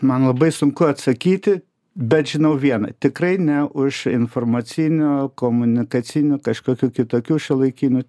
man labai sunku atsakyti bet žinau viena tikrai ne už informacinių komunikacinių kažkokių kitokių šiuolaikinių